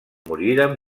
moriren